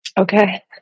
Okay